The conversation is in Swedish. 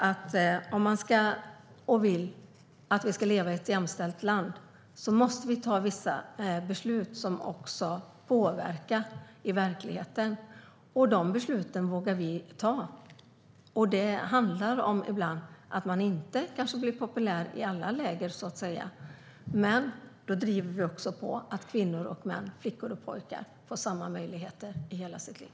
Om man vill att vi ska leva i ett jämställt land måste vi ta vissa beslut som påverkar verkligheten. De besluten vågar vi ta. Ibland handlar det om att man inte är populär i alla läger. Men vi driver på för att kvinnor och män, flickor och pojkar ska få samma möjligheter under hela sitt liv.